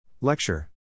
Lecture